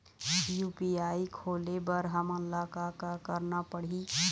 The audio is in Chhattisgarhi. यू.पी.आई खोले बर हमन ला का का करना पड़ही?